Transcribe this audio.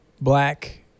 black